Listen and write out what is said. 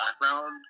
background